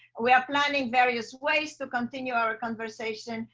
we are planning various ways to continue our conversation,